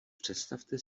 představte